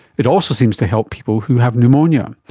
it also seems to help people who have pneumonia.